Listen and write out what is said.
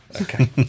Okay